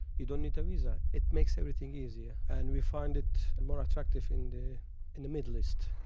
you don't need a visa. it makes everything easier. and we find it more attractive in the in the middle east